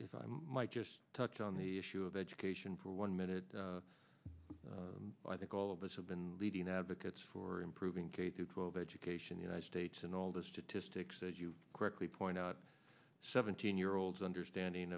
if i might just touch on the issue of education for one minute i think all of us have been leading advocates for improving k through twelve education united states and all the statistics as you correctly point out seventeen year olds understanding